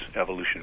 evolution